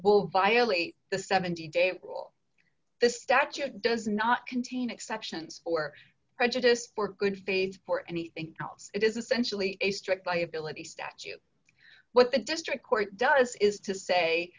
will violate the seventy day rule the statute does not contain exceptions for prejudice or good faith or anything else it is essentially a strict liability statute what the district court does is to say